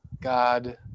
God